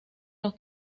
los